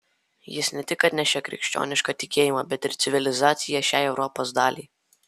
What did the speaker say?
jis ne tik atnešė krikščionišką tikėjimą bet ir civilizaciją šiai europos daliai